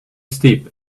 steep